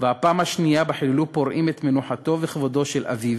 והפעם השנייה שפורעים חיללו את מנוחתו וכבודו של אביו,